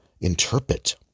interpret